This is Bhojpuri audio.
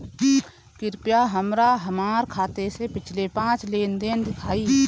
कृपया हमरा हमार खाते से पिछले पांच लेन देन दिखाइ